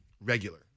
regular